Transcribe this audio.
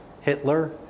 Hitler